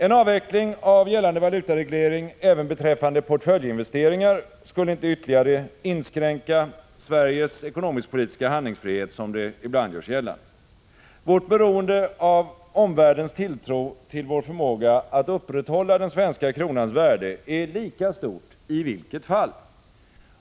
En avveckling av gällande valutareglering även beträffande portföljinvesteringar skulle inte ytterligare inskränka Sveriges ekonomisk-politiska handlingsfrihet, som ibland görs gällande. Vårt beroende av omvärldens tilltro till vår förmåga att upprätthålla den svenska kronans värde är lika stort i båda fallen.